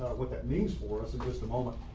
what that means for us in just a moment.